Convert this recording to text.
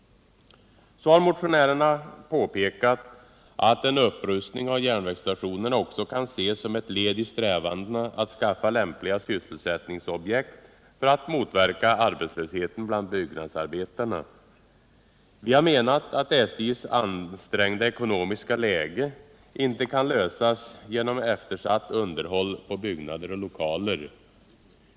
Motionärerna har vidare anfört att en upprustning av järnvägsstationerna också kan ses som ett led i strävandena att skaffa lämpliga sysselsättningsobjekt för att motverka arbetslösheten bland byggnadsarbetarna. Vi menar att SJ:s problem i samband med dess ansträngda ekonomiska läge inte kan lösas genom eftersatt underhåll på byggnader och lokaler.